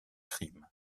crimes